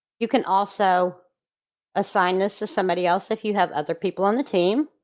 you can also assign this to somebody else if you have other people on the team.